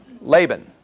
Laban